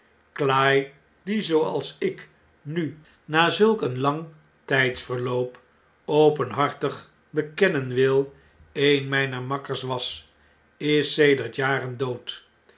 die zooals ik nu na zulk een lang tijdsverloop openhartig bekennen wil een mijner makkers was is sedert jaren dood